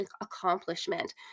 accomplishment